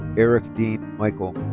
eric dean michael.